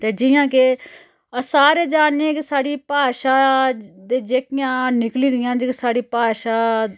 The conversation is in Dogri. ते जियां के अस सारे जानने आं कि साढ़ी भाशा ते जेह्कियां निकली दियां ते जेह्की साढ़ी भाशा